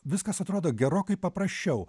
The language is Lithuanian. viskas atrodo gerokai paprasčiau